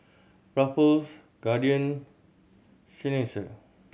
Ruffles Guardian Seinheiser